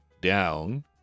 down